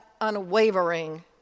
unwavering